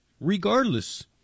regardless